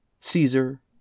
Caesar